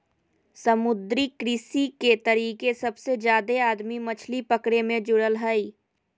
समुद्री कृषि के तरीके सबसे जादे आदमी मछली पकड़े मे जुड़ल हइ